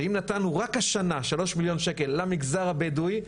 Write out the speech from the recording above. ואם נתנו רק השנה שלוש מיליון שקל למגזר הבדואי,